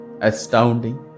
Astounding